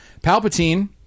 Palpatine